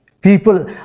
People